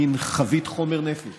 מין חבית חומר נפץ